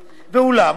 ואולם,